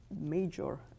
major